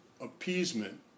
appeasement